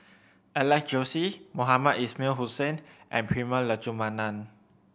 Alex Josey Mohamed Ismail Hussain and Prema Letchumanan